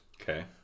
Okay